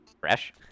Fresh